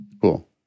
Cool